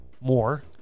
more